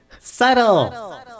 Subtle